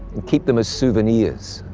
and keep them as souvenirs.